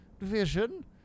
Vision